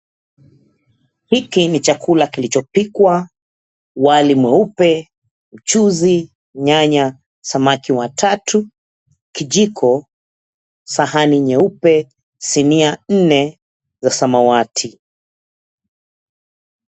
Hiki ni chakula kilichopikwa, wali mweupe, mchuzi, nyanya, samaki watatu, kijiko, sahani nyeupe, sinia nne wa samawati